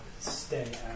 stay